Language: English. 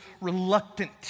reluctant